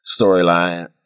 storyline